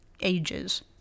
ages